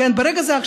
ברגע זה,